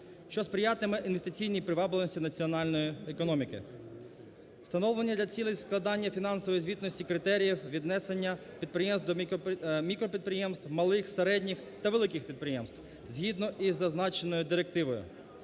що сприятиме інвестиційній привабливості національної економіки. Встановлення для цілей складання фінансової звітності критеріїв віднесення підприємств до мікропідприємств, малих, середніх та великих підприємств згідно із зазначеною директивою.